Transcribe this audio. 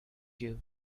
you